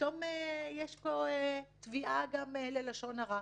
פתאום יש פה תביעה גם ללשון הרע.